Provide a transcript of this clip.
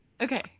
okay